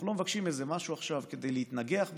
אנחנו לא מבקשים משהו עכשיו כדי להתנגח במישהו.